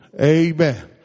Amen